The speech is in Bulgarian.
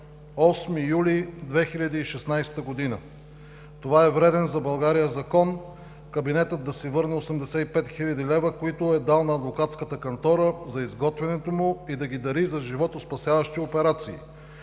8 юли 2016 г.: „Това е вреден за България закон. Кабинетът да си върне 85 хил. лв., които е дал на адвокатската кантора за изготвянето му, и да ги дари за животоспасяващи операции.